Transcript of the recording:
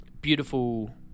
beautiful